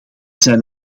zijn